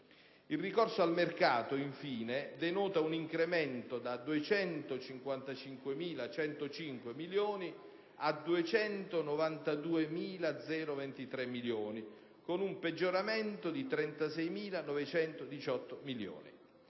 Il ricorso al mercato, infine, denota un incremento da 255.105 milioni a 292.023 milioni, con un peggioramento di 36.918 milioni;